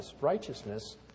righteousness